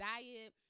Diet